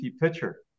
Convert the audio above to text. pitcher